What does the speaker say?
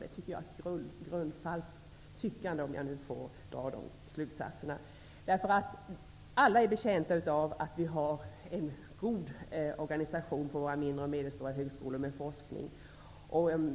Det tycker jag är ett grundfalskt tyckande, om jag får dra dessa slutsatser. Alla är betjänta av en god organisation vid de mindre och medelstora högskolor som har forskning i sin verksamhet.